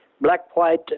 black-white